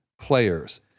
players